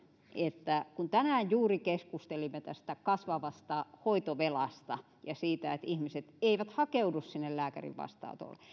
että kun tänään juuri keskustelimme tästä kasvavasta hoitovelasta ja siitä että ihmiset eivät hakeudu sinne lääkärin vastaanotolle